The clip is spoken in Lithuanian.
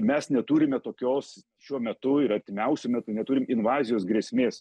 mes neturime tokios šiuo metu ir artimiausiu metu neturim invazijos grėsmės